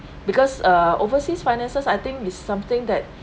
because uh overseas finances I think is something that